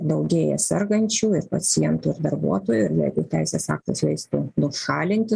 daugėja sergančių ir pacientų darbuotojų ir jeigu teisės aktas leistų nušalinti